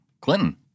Clinton